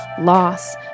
loss